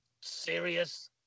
serious